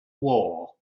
war